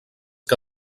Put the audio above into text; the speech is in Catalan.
que